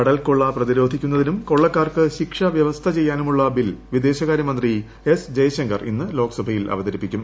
കടൽകൊള്ള പ്രതിരോധിക്കുന്നതിനും കൊള്ളക്കാർക്ക് ശിക്ഷ വ്യവസ്ഥ ചെയ്യാനുമുള്ള ബിൽ വിദേശകാര്യ മന്ത്രി എസ് ജയ്ശങ്കർ ഇന്ന് ലോക്സഭയിൽ അവതരിപ്പിക്കും